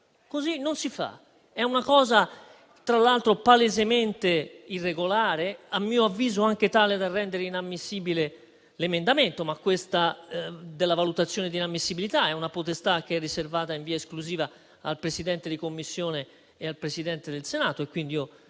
così non si fa. È una cosa tra l'altro palesemente irregolare, a mio avviso anche tale da rendere inammissibile l'emendamento, ma questa della valutazione di un'ammissibilità è una potestà riservata in via esclusiva al Presidente di Commissione e al Presidente del Senato, per cui non